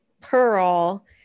Pearl